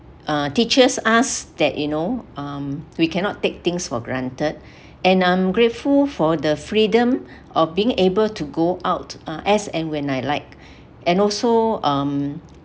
uh teaches us that you know um we cannot take things for granted and I'm grateful for the freedom of being able to go out uh as and when I like and also um